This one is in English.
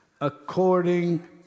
according